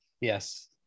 yes